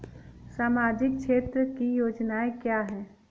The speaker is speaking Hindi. सामाजिक क्षेत्र की योजनाएँ क्या हैं?